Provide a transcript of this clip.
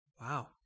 Wow